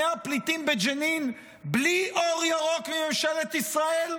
הפליטים בג'נין בלי אור ירוק מממשלת ישראל?